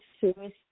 suicide